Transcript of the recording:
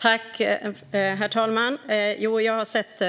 Herr talman! Jag har sett